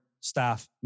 staff